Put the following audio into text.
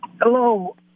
Hello